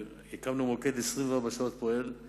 הקמנו מוקד שפועל 24 שעות,